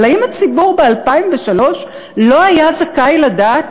אבל האם הציבור ב-2003 לא היה זכאי לדעת